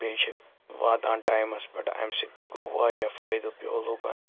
بیٚیہِ چھِ واتان ٹایِمَس پٮ۪ٹھ اَمہِ سۭتۍ تہِ گوٚو واریاہ فٲیدٕ پیوٚو لُکَن